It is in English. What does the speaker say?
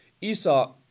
Esau